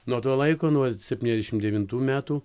nuo to laiko nuo septyniasdešim devintų metų